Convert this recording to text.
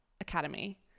Academy